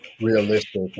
realistic